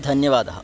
धन्यवादः